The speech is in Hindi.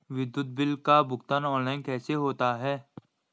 विद्युत बिल का भुगतान ऑनलाइन कैसे होता है?